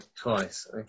twice